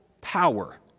power